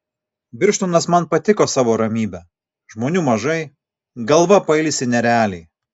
birštonas man patiko savo ramybe žmonių mažai galva pailsi nerealiai